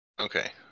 Okay